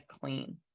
clean